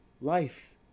Life